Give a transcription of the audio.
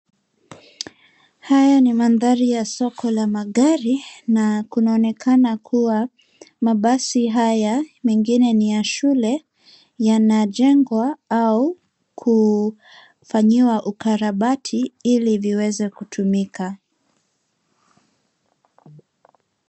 Haya ni mandhari ya soki la magari na kunaonekana kuwa mabasi haya mengine ni ya shule yanajengwa au kufanyiwa ukarabati ili liweze kutumika.